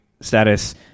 status